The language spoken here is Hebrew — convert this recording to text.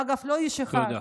אגב, לא איש אחד -- תודה.